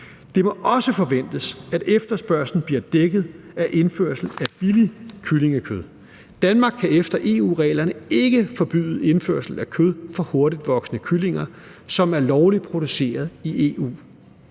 Det må også forventes, at efterspørgslen bliver dækket af indførsel af billigt kyllingekød. Danmark kan efter EU-reglerne ikke forbyde indførsel af kød fra hurtigtvoksende kyllinger, som er lovligt produceret i EU.